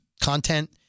content